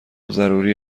ضروری